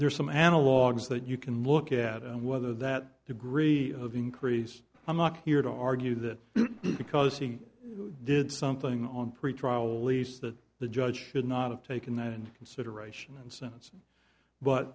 there's some analogs that you can look at and whether that degree of increase i'm not here to argue that because he did something on pretrial release that the judge should not have taken that into consideration and s